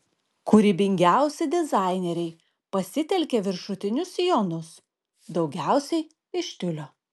kūrybingiausi dizaineriai pasitelkė viršutinius sijonus daugiausiai iš tiulio